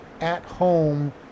at-home